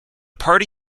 party